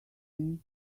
him